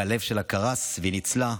הלב שלה קרס, והיא ניצלה.